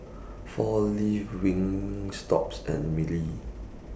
four Leaves Wingstop and Mili